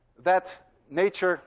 that nature